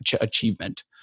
achievement